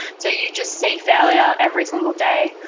so you just see failure every single day,